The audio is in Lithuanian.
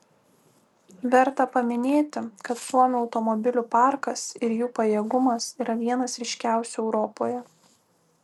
verta paminėti kad suomių automobilių parkas ir jų pajėgumas yra vienas ryškiausių europoje